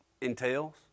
entails